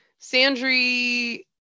Sandry